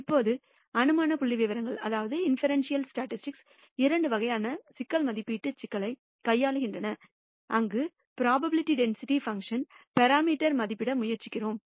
இப்போது அனுமான புள்ளிவிவரங்கள் இரண்டு வகையான சிக்கல் மதிப்பீட்டு சிக்கலைக் கையாளுகின்றன அங்கு பிராபபிலிடி டென்சிட்டி செயல்பாட்டின் பராமீட்டர் மதிப்பிட முயற்சிக்கிறோம்